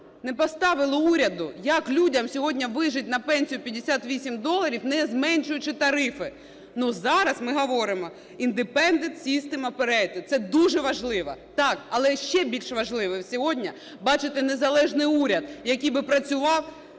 не поставили уряду: як людям сьогодні вижити на пенсію 58 доларів, не зменшуючи тарифи? Зараз ми говоримо Independent System Operator. Це дуже важливо, так, але ще більш важливо сьогодні бачити незалежний уряд, який би працював